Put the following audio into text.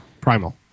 Primal